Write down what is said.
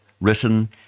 written